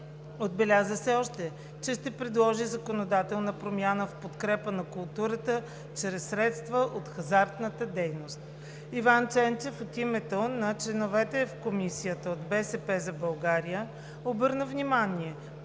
Отбеляза още, че ще предложи законодателна промяна в подкрепа на културата чрез средства от хазартна дейност. Иван Ченчев от името на членовете в Комисията от „БСП за България“ обърна внимание,